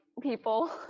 people